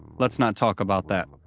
let's not talk about that.